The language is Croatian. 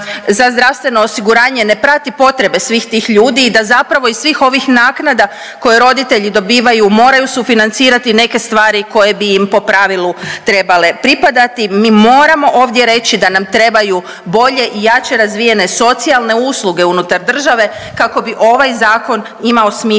da kažemo da ni HZZO ne prati potrebe svih tih ljudi i da zapravo iz svih ovih naknada koje roditelji dobivaju moraju sufinancirati neke stvari koje bi im po pravilu trebale pripadati. Mi moramo ovdje reći da nam trebaju bolje i jače razvijene socijalne usluge unutar države kako bi ovaj zakon imao smisla